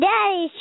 Daddy